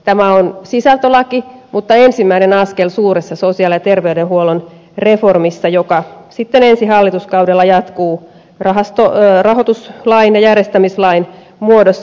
tämä on sisältölaki mutta ensimmäinen askel suuressa sosiaali ja terveydenhuollon reformissa joka sitten ensi hallituskaudella jatkuu rahoituslain ja järjestämislain muodossa